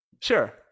Sure